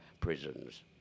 prisons